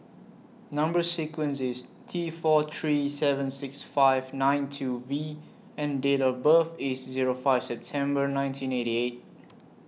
Number sequence IS T four three seven six five nine two V and Date of birth IS Zero five September nineteen eighty eight